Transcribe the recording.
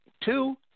Two